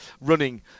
running